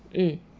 mm